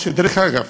ודרך אגב,